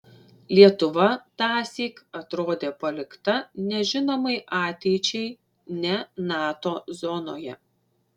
lietuva tąsyk atrodė palikta nežinomai ateičiai ne nato zonoje